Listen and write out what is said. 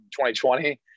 2020